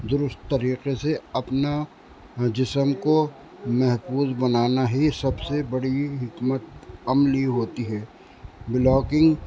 درست طریقے سے اپنا جسم کو محفوظ بنانا ہی سب سے بڑی حکمت عملی ہوتی ہے بلاگنگ